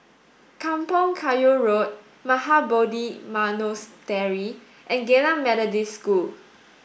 Kampong Kayu Road Mahabodhi Monastery and Geylang Methodist School